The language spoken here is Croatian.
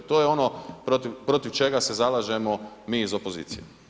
To je ono protiv čega se zalažemo mi iz opozicije.